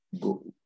go